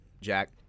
Jack